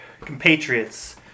compatriots